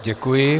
Děkuji.